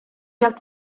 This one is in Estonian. sealt